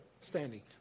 standing